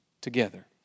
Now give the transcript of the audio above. together